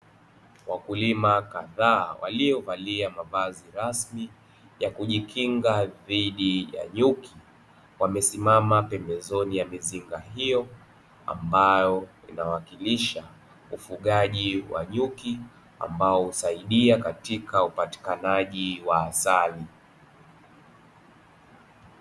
Wakulima kadhaa waliovalia mavazi rasmi ya kujikinga dhidi ya nyuki, wamesimama pembezoni mwa mizinga hiyo ambayo inawakilisha ufugaji wa nyuki ambao husaidia katika upatikanaji wa asali.